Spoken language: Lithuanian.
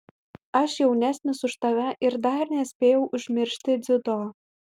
aš jaunesnis už tave ir dar nespėjau užmiršti dziudo